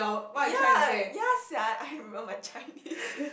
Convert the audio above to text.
ya ya sia I remember my Chinese